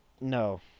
No